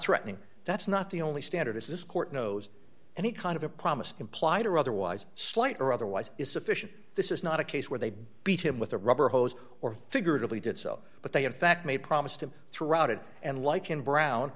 threatening that's not the only standard is this court knows any kind of a promise implied or otherwise slight or otherwise is sufficient this is not a case where they beat him with a rubber hose or figuratively did so but they in fact may promise to throw out it and like in brown